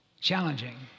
challenging